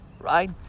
right